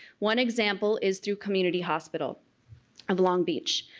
one example is through community hospital of long beach.